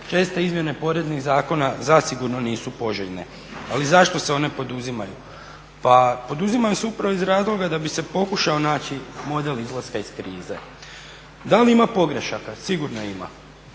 česte izmjene poreznih zakona zasigurno nisu poželjne. Ali zašto se one poduzimaju? Pa poduzimaju se upravo iz razloga da bi se pokušao naći model izlaska iz krize. Da li ima pogrešaka? Sigurno ima.